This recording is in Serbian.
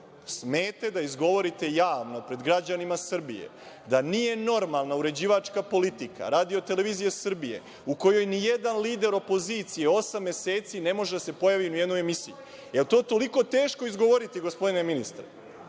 smete da izgovorite javno pred građanima Srbije da nije normalna uređivačka politika RTS u kojoj nijedan lider opozicije osam meseci ne može da se pojavi ni u jednoj emisiji? Da li je to toliko teško izgovoriti, gospodine ministre?